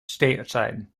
stateside